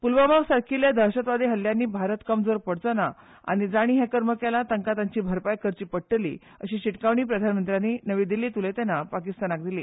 पुलवामा सारखील्ल्या दहशतवादी हल्ल्यानी भारत फ्राक पडचोना आनी जाणी हे कर्म केलां तांका ताची भरपाय करची पडटली अशी शिटकावणी प्रधानमंत्र्यानी नवी दिल्लींत उलयताना पाकिस्तानाक दिली